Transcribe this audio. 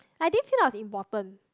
I didn't feel like I was important